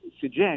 suggest